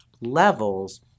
levels